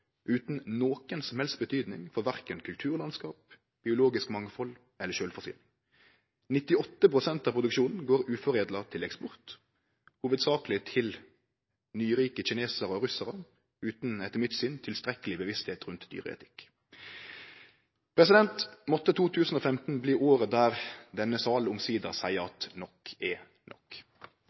utan noka som helst betydning for verken kulturlandskap, biologisk mangfald eller sjølvforsyning. 98 pst. av produksjonen går uforedla til eksport, hovudsakleg til nyrike kinesarar og russarar utan – etter mitt syn – tilstrekkeleg bevisstheit rundt dyreetikk. Måtte 2015 bli året der denne salen omsider seier at nok er nok!